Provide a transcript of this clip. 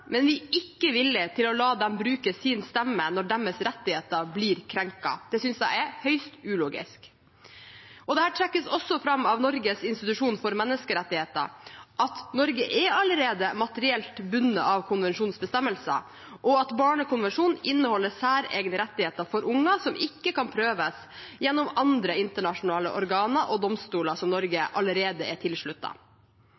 men vi er ikke villige til å la de bruker sin stemme når deres rettigheter blir krenket. Det synes jeg er høyst ulogisk. Dette trekkes også fram av Norges institusjon for menneskerettigheter, at Norge er allerede materielt bundet av konvensjonens bestemmelser, og at barnekonvensjonen inneholder særegne rettigheter for unger, som ikke kan prøves gjennom andre internasjonale organer og domstoler som Norge